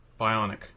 Bionic